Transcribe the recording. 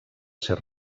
ser